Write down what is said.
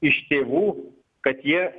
iš tėvų kad jie